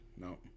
no